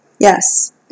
Yes